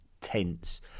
tense